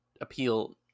appeal